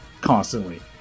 constantly